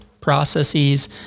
processes